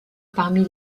parmi